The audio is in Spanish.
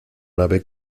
nave